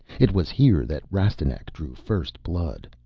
it was here that rastignac drew first blood.